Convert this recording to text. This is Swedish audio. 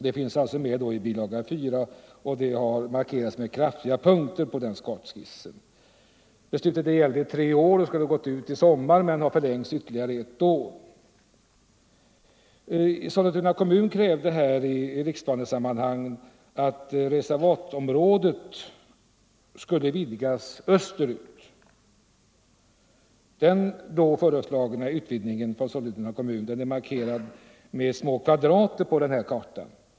Gränserna för området har på kartskissen i bilaga 4 markerats med kraftiga punkter. Beslutet gällde tre år. Det skulle ha gått ut i sommar men har förlängts ytterligare ett år. Sollentuna kommun krävde i riksplanesammanhang att reservatområdet skulle vidgas österut. Gränserna för den då föreslagna utvidgningen för Sollentuna kommun är markerade med små kvadrater på kartan.